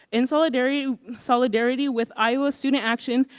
in solidarity solidarity with iowa student action,